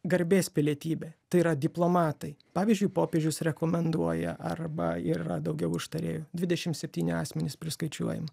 garbės pilietybė tai yra diplomatai pavyzdžiui popiežius rekomenduoja arba yra daugiau užtarėjų dvidešim septyni asmenys priskaičiuojam